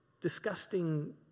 disgusting